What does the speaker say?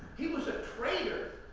he was a traitor